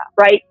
right